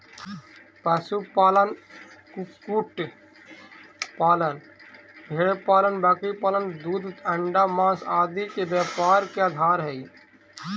पशुपालन, कुक्कुट पालन, भेंड़पालन बकरीपालन दूध, अण्डा, माँस आदि के व्यापार के आधार हइ